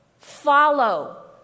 Follow